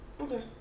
okay